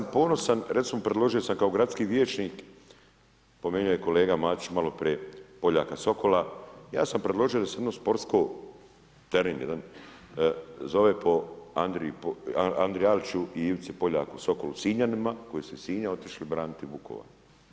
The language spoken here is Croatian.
Ja sam ponosan, recimo predložio sam kao gradski vijećnik, pomenuo je kolega Matić malo prije Poljaka Sokola, ja sam predložio da se jedno sportsko, teren jedan zove po Andriji ... i Ivici Poljaku Sokolu sinjanima, koji su iz Sinja otišli braniti Vukovar.